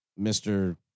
Mr